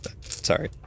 Sorry